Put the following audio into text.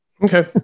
Okay